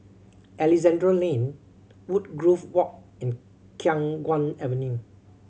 Alexandra Lane Woodgrove Walk and Khiang Guan Avenue